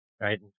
right